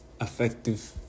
effective